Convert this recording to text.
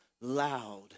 loud